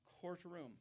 courtroom